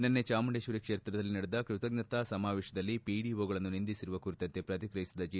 ನಿನ್ನೆ ಚಾಮುಂಡೇಶ್ವರಿ ಕ್ಷೇತ್ರದಲ್ಲಿ ನಡೆದ ಕೃತಜ್ಞತಾ ಸಮಾವೇಶದಲ್ಲಿ ಪಿಡಿಓಗಳನ್ನು ನಿಂದಿಸಿರುವ ಕುರಿತಂತೆ ಪ್ರತಿಕ್ರಿಯಿಸಿದ ಜಿ